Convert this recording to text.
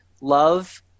love